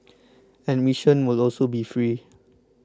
admission will also be free